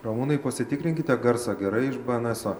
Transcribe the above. ramūnai pasitikrinkite garsą gerai iš bnso